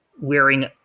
wearing